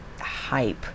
hype